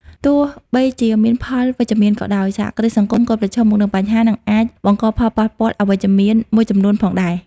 ទោះបីជាមានផលវិជ្ជមានក៏ដោយ សហគ្រាសសង្គមក៏ប្រឈមមុខនឹងបញ្ហា និងអាចបង្កផលប៉ះពាល់អវិជ្ជមានមួយចំនួនផងដែរ។